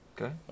Okay